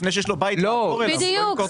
בדיוק.